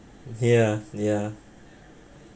ya ya